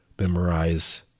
memorize